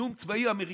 איום צבאי אמריקאי,